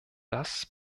das